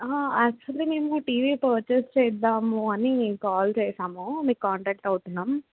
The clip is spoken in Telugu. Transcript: యాక్చువలీ మేము టీవీ పర్చేస్ చేద్దాము అని కాల్ చేసాము మీకు కాంటాక్ట్ అవుతున్నాం